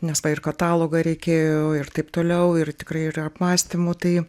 nes va ir katalogą reikėjo ir taip toliau ir tikrai yra apmąstymų tai